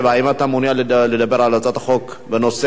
אנחנו דילגנו על הצעת חוק,